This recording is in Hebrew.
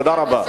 תודה רבה.